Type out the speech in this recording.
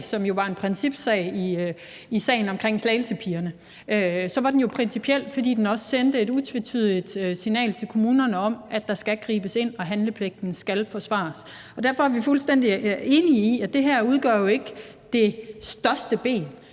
som jo var en principsag, nemlig sagen omkring Slagelsepigerne, så var den principiel, fordi den også sendte et utvetydigt signal til kommunerne om, at der skal gribes ind og handlepligten skal forsvares. Og derfor er vi fuldstændig enige i, at det her jo ikke udgør det største ben,